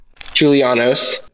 Julianos